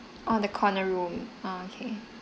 orh the corner room err okay